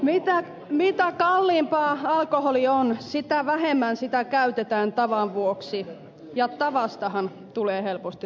mitä kalliimpaa alkoholi on sitä vähemmän sitä käytetään tavan vuoksi ja tavastahan tulee helposti riippuvuus